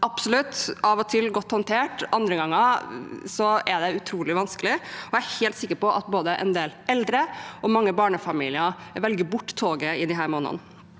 av og til godt håndtert, men andre ganger er det utrolig vanskelig. Jeg er helt sikker på at både en del eldre og mange barnefamilier velger bort toget i disse månedene.